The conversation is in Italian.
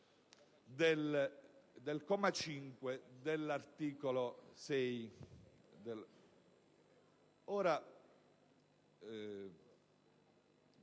il comma 5 dell'articolo 6.